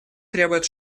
требует